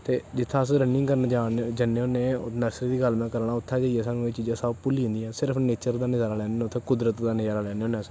ते जित्थें अस रनिंग करन जन्ने होने नर्सरी दी में गल्ल करा ना उत्थें जाईयै एह् सब चीजां भुल्ली जंदियां सिर्फ नेचर दा नज़ारा लैन्ने होने कुदरतदा नज़ारा लैने होने अस